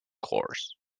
course